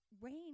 rain